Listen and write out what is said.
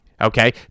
Okay